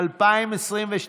חבר